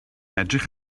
edrych